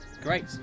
Great